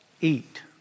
eat